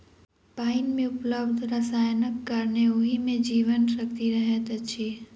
पाइन मे उपलब्ध रसायनक कारणेँ ओहि मे जीवन शक्ति रहैत अछि